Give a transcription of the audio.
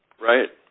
Right